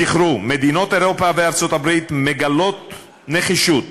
זכרו, מדינות אירופה וארצות-הברית מגלות נחישות,